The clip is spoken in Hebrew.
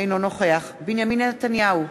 אינו נוכח בנימין נתניהו,